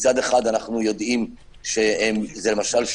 מצד אחד, אנחנו יודעים, שזה, למשל-